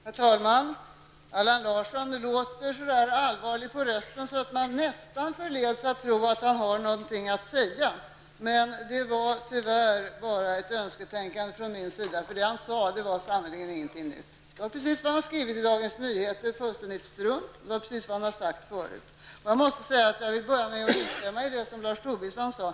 Herr talman! Allan Larsson låter så allvarlig på rösten att man nästan förleds att tro att han har någonting att säga. Men det var tyvärr bara ett önsketänkande från min sida, för det han sade var sannerligen ingenting nytt. Det var precis det han har skrivit i Dagens Nyheter, fullständigt strunt. Det var precis det han har sagt förut. Jag vill instämma i det som Lars Tobisson sade.